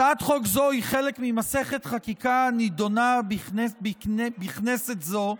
הצעת חוק זו היא חלק ממסכת חקיקה הנדונה בכנסת זו,